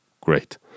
great